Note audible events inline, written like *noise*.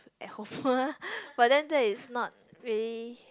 at home *noise* but then that is not really